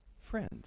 friend